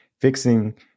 fixing